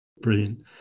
Brilliant